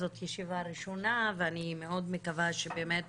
זאת ישיבה ראשונה ואני מאוד מקווה שבאמת